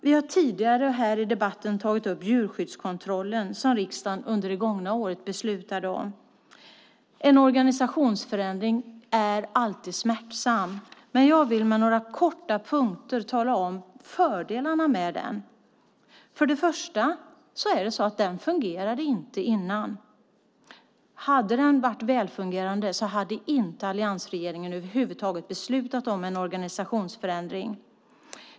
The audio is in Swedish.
Vi har tidigare här i debatten tagit upp djurskyddskontrollen som riksdagen under det gångna året beslutade om. En organisationsförändring är alltid smärtsam, men jag vill i några korta punkter tala om fördelarna med den. Först och främst fungerade den inte innan. Hade den varit välfungerande hade alliansregeringen över huvud taget inte beslutat om någon organisationsförändring.